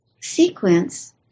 sequence